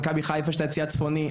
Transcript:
במכבי חיפה יש את היציע הצפוני,